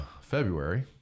February